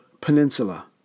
peninsula